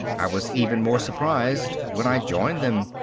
i was even more surprised when i joined them.